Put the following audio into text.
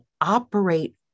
operate